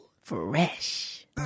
Fresh